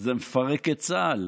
זה מפרק את צה"ל.